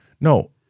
No